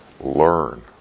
learn